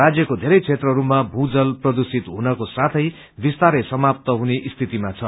राज्यको धेरै क्षेत्रहरूमा भूजल प्रदुषित हुनको साथै विस्तारै समाप्त हुने स्थितिमा छ